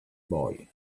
boy